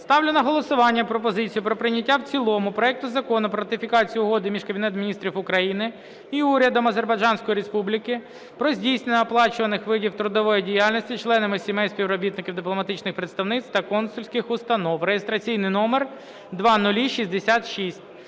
Ставлю на голосування пропозицію про прийняття в цілому проекту Закону про ратифікацію Угоди між Кабінетом Міністрів України і Урядом Азербайджанської Республіки про здійснення оплачуваних видів трудової діяльності членами сімей співробітників дипломатичних представництв та консульських установ (реєстраційний номер 0066).